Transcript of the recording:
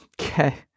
Okay